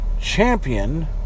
Champion